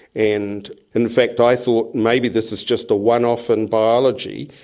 and in fact i thought maybe this is just a one-off in biology,